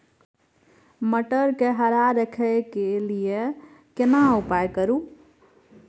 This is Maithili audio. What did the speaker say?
मटर के हरा रखय के लिए केना उपाय करू?